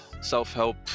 self-help